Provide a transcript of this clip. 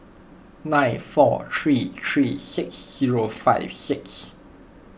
nine four three three six zero five six